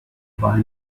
buy